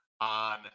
on